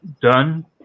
done